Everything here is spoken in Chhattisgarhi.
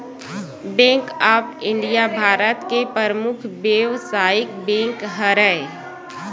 बेंक ऑफ इंडिया भारत के परमुख बेवसायिक बेंक हरय